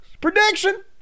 Prediction